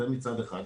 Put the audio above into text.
זה מצד אחד.